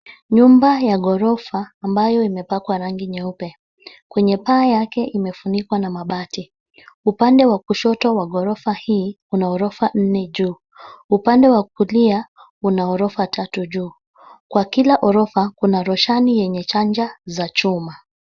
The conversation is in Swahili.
Nyumba ya ghorofa ambayo imepakwa rangi nyeuepe. Kwenye paa yake imefunikwa na mabati. Upande wa kushoto wa ghorofa hii, kuna ghorofa nne juu. Upande wa kulia kuna ghorofa tatu juu. Kwa kila ghorofa, kuna rushani yenye chanja za chuma.